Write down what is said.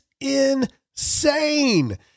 insane